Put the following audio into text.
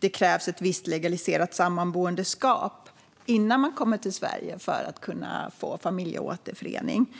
det krävs ett visst legaliserat sammanboendeskap innan man kommer till Sverige för att man ska kunna få familjeåterförening.